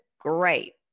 great